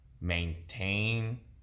maintain